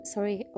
Sorry